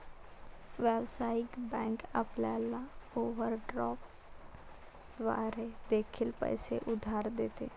व्यावसायिक बँक आपल्याला ओव्हरड्राफ्ट द्वारे देखील पैसे उधार देते